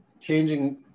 changing